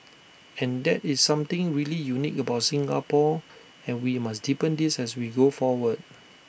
and that is something really unique about Singapore and we must deepen this as we go forward